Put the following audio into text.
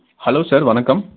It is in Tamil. ஹலோ சார் வணக்கம்